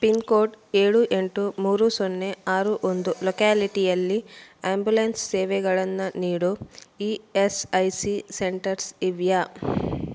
pin code ಏಳು ಎಂಟು ಮೂರು ಸೊನ್ನೆ ಆರು ಒಂದು ಲೊಕ್ಯಾಲಿಟಿಯಲ್ಲಿ ಆಂಬ್ಯುಲೆನ್ಸ್ ಸೇವೆಗಳನ್ನ ನೀಡೋ E S I C centres ಇವೆಯಾ